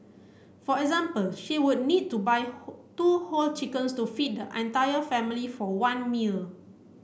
for example she would need to buy whole two whole chickens to feed the entire family for one meal